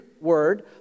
word